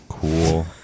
Cool